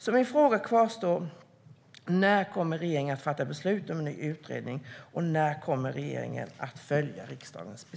Min fråga kvarstår: När kommer regeringen att fatta beslut om en ny utredning, och när kommer regeringen att följa riksdagens beslut?